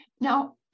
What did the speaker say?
now